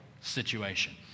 situation